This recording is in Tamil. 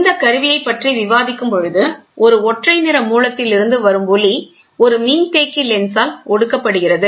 இந்த கருவியைப் பற்றி விவாதிக்கும் பொழுது ஒரு ஒற்றை நிற மூலத்திலிருந்து வரும் ஒளி ஒரு மின்தேக்கி லென்ஸால் ஒடுக்கப்படுகிறது